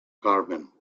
carmen